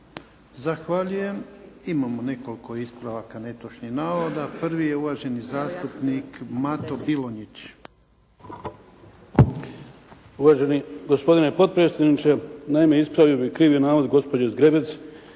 Zahvaljujem. Imamo nekoliko ispravaka netočnih navoda. Prvi je uvaženi zastupnik Mato Bilonjić. **Bilonjić, Mato (HDZ)** Uvaženi gospodine potpredsjedniče. Naime, ispravio bih krivi navod gospođe Zgrebec